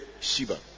Shiva